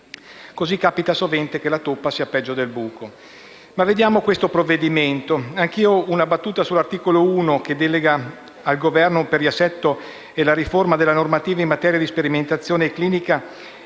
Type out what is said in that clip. Così, capita sovente che la toppa sia peggio del buco.